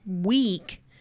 week